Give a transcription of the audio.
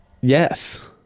yes